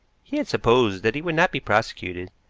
he had supposed that he would not be prosecuted,